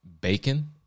bacon